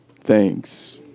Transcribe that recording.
thanks